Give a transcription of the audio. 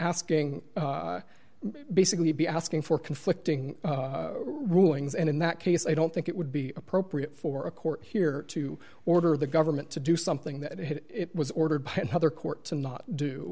asking basically be asking for conflicting rulings and in that case i don't think it would be appropriate for a court here to order the government to do something that it was ordered by another court to not do